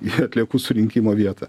į atliekų surinkimo vietą